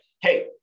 hey